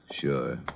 Sure